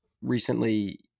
recently